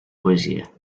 poesie